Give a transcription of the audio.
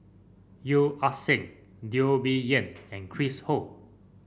Yeo Ah Seng Teo Bee Yen and Chris Ho